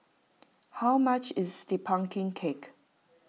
how much is the Pumpkin Cake